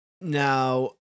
Now